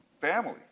family